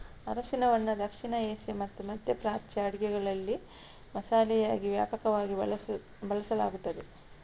ಅರಿಶಿನವನ್ನು ದಕ್ಷಿಣ ಏಷ್ಯಾ ಮತ್ತು ಮಧ್ಯ ಪ್ರಾಚ್ಯ ಅಡುಗೆಗಳಲ್ಲಿ ಮಸಾಲೆಯಾಗಿ ವ್ಯಾಪಕವಾಗಿ ಬಳಸಲಾಗುತ್ತದೆ